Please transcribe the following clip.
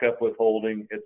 withholding